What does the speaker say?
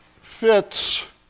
fits